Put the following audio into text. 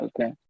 Okay